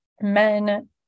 men